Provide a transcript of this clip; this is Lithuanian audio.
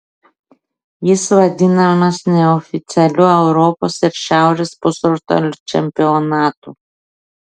jis vadinamas neoficialiu europos ir šiaurės pusrutulio čempionatu